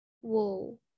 Whoa